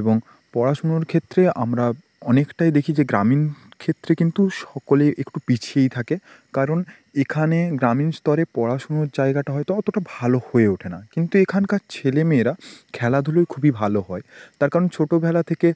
এবং পড়াশুনোর ক্ষেত্রে আমরা অনেকটাই দেখি যে গ্রামীণ ক্ষেত্রে কিন্তু সকলেই একটু পিছিয়েই থাকে কারণ এখানে গ্রামীণ স্তরে পড়াশুনোর জায়গাটা হয়তো অতোটা ভালো হয়ে ওঠে না কিন্তু এখানকার ছেলে মেয়েরা খেলাধুলায় খুবই ভালো হয় তার কারণ ছোটোবেলা থেকে